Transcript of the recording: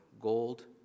gold